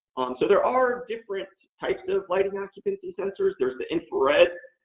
so, there are different types of lighting occupancy sensors. there's the infrared.